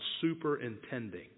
superintending